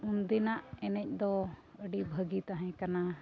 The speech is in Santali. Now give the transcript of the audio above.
ᱩᱱ ᱫᱤᱱᱟᱹᱜ ᱮᱱᱮᱡ ᱫᱚ ᱟᱹᱰᱤ ᱵᱷᱟᱹᱜᱤ ᱛᱟᱦᱮᱸ ᱠᱟᱱᱟ